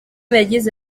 yagize